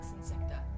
Insecta